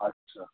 अच्छा